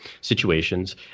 situations